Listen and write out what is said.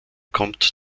kommt